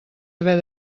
haver